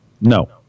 No